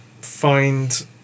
find